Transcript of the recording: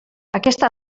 aquesta